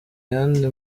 yandi